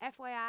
FYI